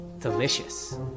delicious